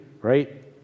right